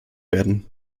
werden